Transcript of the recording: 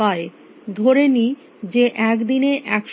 ধরে নি যে এক দিনে 100 ঘন্টা আছে